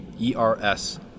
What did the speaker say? ERS